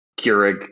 Keurig